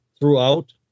throughout